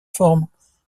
formes